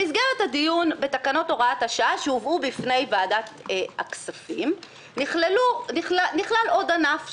במסגרת הדיון בתקנות הוראת השעה שהובאו בפני ועדת הכספים נכלל עוד ענף,